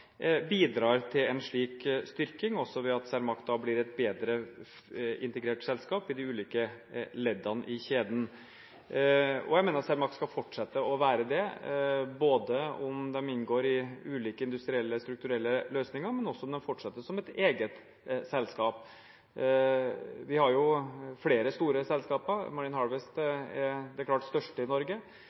bidrar til en slik styrking, også ved at Cermaq da blir et bedre integrert selskap i de ulike leddene i kjeden. Og jeg mener at Cermaq skal fortsette å være det, både om de inngår i ulike industrielle, strukturelle løsninger, og om de fortsetter som et eget selskap. Vi har jo flere store selskaper – Marine Harvest er det klart største i Norge,